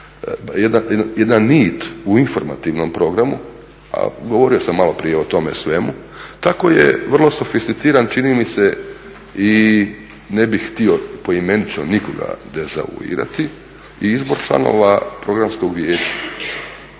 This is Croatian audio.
jedna nit u informativnom programu, a govorio sam maloprije o tome svemu, tako je vrlo sofisticiran čini mi se i ne bi htio poimenično nikoga dezavuirati, i izbor članova Programskog vijeća